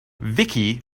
vicky